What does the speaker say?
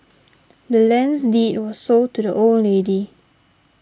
the land's deed was sold to the old lady